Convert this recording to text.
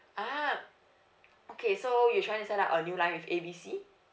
ah okay so you're trying to sign up a new line with A B C